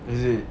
is it